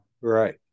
right